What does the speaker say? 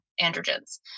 androgens